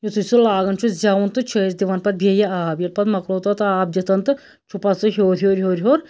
یُتھُے سُہ لاگان سُہ زٮ۪وُن تہٕ چھِ أسۍ دِوان پَتہٕ بیٚیہِ آب ییٚلہِ پَتہٕ مکلوو تتھ آب دِتھ تہٕ چھُ پَتہٕ سُہ ہیوٚر ہیوٚر ہیوٚر ہیوٚر